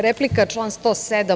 Replika, član 107.